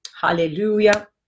hallelujah